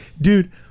Dude